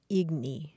igni